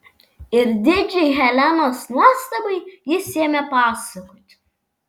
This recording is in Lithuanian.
ir didžiai helenos nuostabai jis ėmė pasakoti